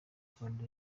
rwanda